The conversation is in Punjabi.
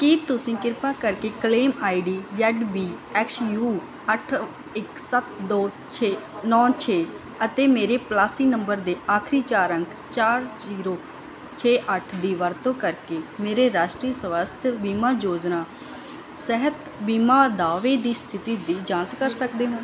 ਕੀ ਤੁਸੀਂ ਕਿਰਪਾ ਕਰਕੇ claim ID Z B X U ਅੱਠ ਇੱਕ ਸੱਤ ਦੋ ਛੇ ਨੌਂ ਛੇ ਅਤੇ ਮੇਰੇ ਪਾਲਿਸੀ ਨੰਬਰ ਦੇ ਆਖਰੀ ਚਾਰ ਅੰਕ ਚਾਰ ਜੀਰੋ ਛੇ ਅੱਠ ਦੀ ਵਰਤੋਂ ਕਰਕੇ ਮੇਰੇ ਰਾਸ਼ਟਰੀ ਸਵਾਸਥਯ ਬੀਮਾ ਯੋਜਨਾ ਸਿਹਤ ਬੀਮਾ ਦਾਅਵੇ ਦੀ ਸਥਿਤੀ ਦੀ ਜਾਂਚ ਕਰ ਸਕਦੇ ਹੋ